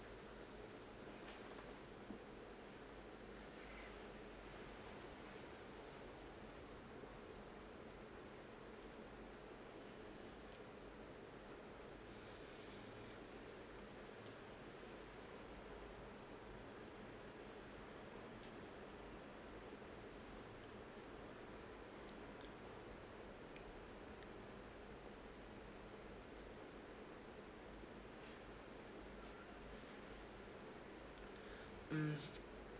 mm